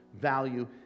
value